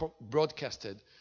broadcasted